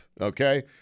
okay